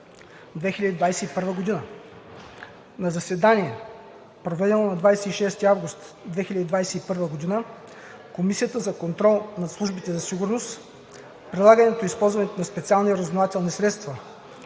2021 г. На заседание, проведено на 26 август 2021 г., Комисията за контрол над службите за сигурност, прилагането и използването на специалните разузнавателни средства